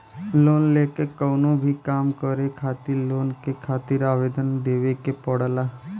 loan लेके कउनो भी काम करे खातिर लोन के खातिर आवेदन देवे के पड़ला